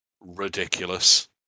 ridiculous